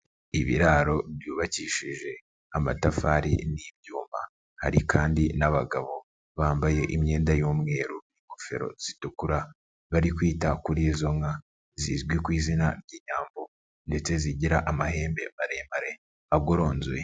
Ibiraro byubakishije amatafari n'ibyuma, hari kandi n'abagabo bambaye imyenda y'umweru n'ingofero zitukura, bari kwita kuri izo nka zizwi ku izina ry'inyambo ndetse zigira amahembe maremare, agoronzoye.